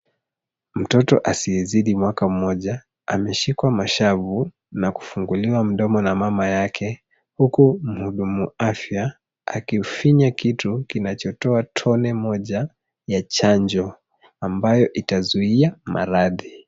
Mtoto asiyezidi mwaka mmoja, ameshikwa mashavu na kufunguliwa mdomo na mama yake, huku muhudumu afya, akifinya kitu kinachotoa tone moja ya chanjo, ambayo itazuia maradhi.